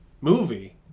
movie